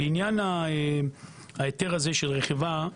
לעניין ההיתר של הרכיבה,